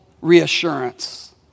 reassurance